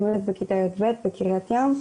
אני לומדת בכיתה י"ב בקרית ים,